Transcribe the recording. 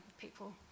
people